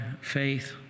faith